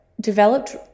developed